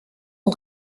ont